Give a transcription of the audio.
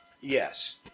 yes